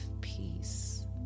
peace